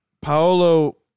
Paolo